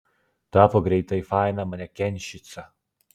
tapo greitai faina manekenščica